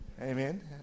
Amen